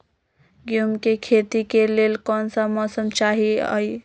गेंहू के खेती के लेल कोन मौसम चाही अई?